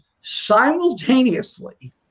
simultaneously